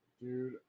Dude